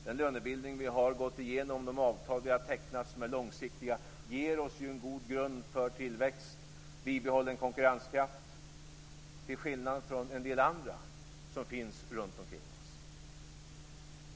Den lönebildning som vi gått igenom och de avtal som tecknats är långsiktiga och ger oss en god grund för tillväxt och bibehållen konkurrenskraft till skillnad från en del andra som finns runt omkring oss.